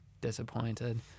disappointed